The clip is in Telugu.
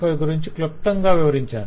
5 గురించి క్లుప్తంగా వివరించాను